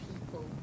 people